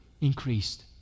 increased